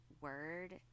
word